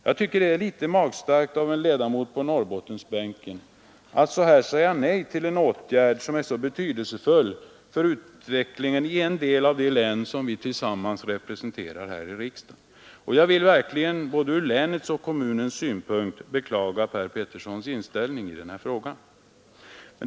Jag tycker det är litet magstarkt av en ledamot på Norrbottensbänken att säga nej till en åtgärd som är så betydelsefull för utvecklingen i en del av det län som vi tillsammans representerar här i riksdagen, och jag vill verkligen både ur länets och ur kommunens synpunkt beklaga herr Peterssons inställning i frågan.